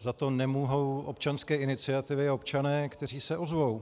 za to nemohou občanské iniciativy a občané, kteří se ozvou.